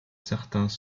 certains